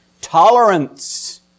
Tolerance